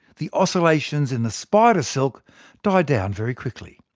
the oscillations in the spider silk die down very quickly.